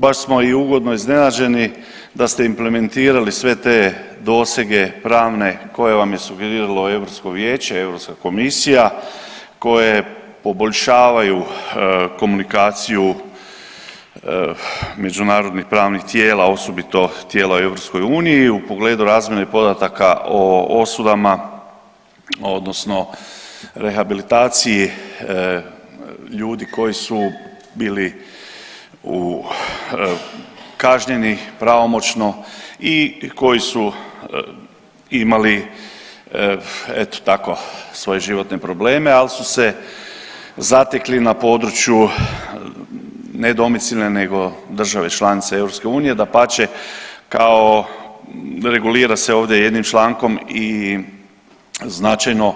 Baš smo i uvodno iznenađeni da ste implementirali sve te dosege pravne koje vam je sugeriralo Europsko vijeće, Europska komisija koje poboljšavaju komunikaciju međunarodnih pravnih tijela osobito tijela u EU u pogledu razmjene podataka o osudama odnosno rehabilitaciji ljudi koji su bili u kažnjeni pravomoćno i koji su imali eto tako svoje životne probleme ali su se zatekli na području ne domicilne nego države članice EU, dapače kao regulira se ovdje jednim člankom i značajno